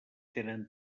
tenen